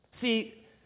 See